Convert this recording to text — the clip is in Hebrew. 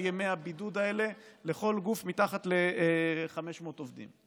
ימי הבידוד האלה לכל גוף מתחת ל-500 עובדים.